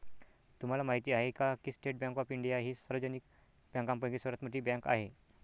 तुम्हाला माहिती आहे का की स्टेट बँक ऑफ इंडिया ही सार्वजनिक बँकांपैकी सर्वात मोठी बँक आहे